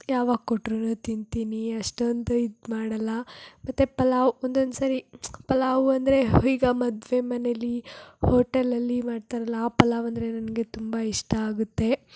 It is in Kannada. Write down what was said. ಯಾವಾಗ ಕೊಟ್ರೂ ತಿಂತೀನಿ ಅಷ್ಟೊಂದು ಇದು ಮಾಡೋಲ್ಲ ಮತ್ತು ಪಲಾವ್ ಒಂದೊಂದು ಸಾರಿ ಪಲಾವು ಅಂದರೆ ಈಗ ಮದುವೆ ಮನೆಯಲ್ಲಿ ಹೋಟೆಲಲ್ಲಿ ಮಾಡ್ತಾರಲ್ಲ ಆ ಪಲಾವ್ ಅಂದರೆ ನನಗೆ ತುಂಬ ಇಷ್ಟ ಆಗುತ್ತೆ